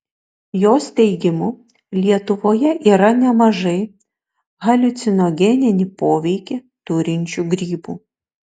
jos teigimu lietuvoje yra nemažai haliucinogeninį poveikį turinčių grybų